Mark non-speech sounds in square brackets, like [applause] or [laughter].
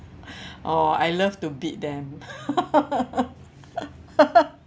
orh I love to beat them [laughs]